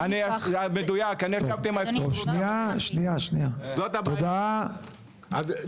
נמצאת פה נציגת משרד העבודה.